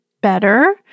better